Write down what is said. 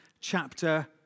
chapter